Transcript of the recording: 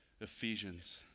Ephesians